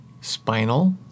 spinal